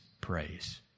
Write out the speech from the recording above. praise